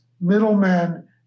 middlemen